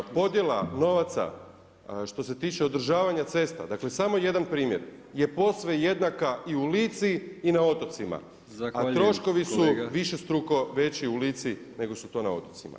Podjela novaca što se tiče održavanja cesta, dakle samo jedan primjer je posve jednaka i u Lici i na otocima, a troškovi su višestruko veći u Lici nego su to na otocima.